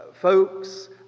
folks